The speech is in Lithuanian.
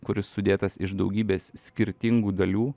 kuris sudėtas iš daugybės skirtingų dalių